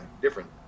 different